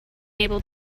able